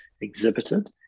exhibited